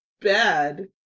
bad